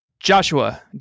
Joshua